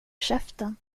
käften